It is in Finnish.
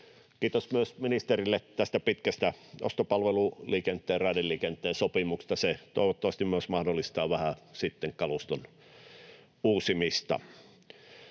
Kiitos ministerille myös tästä pitkästä ostopalveluliikenteen, raideliikenteen, sopimuksesta. Se toivottavasti myös mahdollistaa vähän sitten kaluston uusimista.